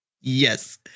Yes